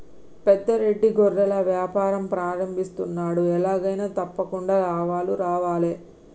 పెద్ద రెడ్డి గొర్రెల వ్యాపారం ప్రారంభిస్తున్నాడు, ఎలాగైనా తప్పకుండా లాభాలు రావాలే